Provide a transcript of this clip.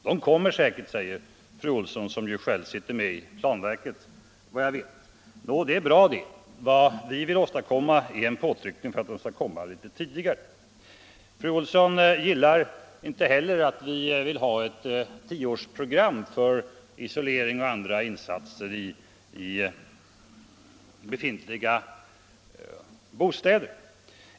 De kommer säkert, säger fru Olsson, som själv sitter med i planverket. Det är bra. Vad vi vill åstadkomma är en påtryckning för att de skall komma litet tidigare. Fru Olsson gillar inte heller att vi vill ha ett tioårsprogram för isolering och andra insatser i befintliga bostäder.